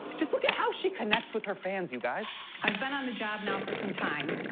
just look at how she connects with her fans, you guys. i've been on the job now for some time,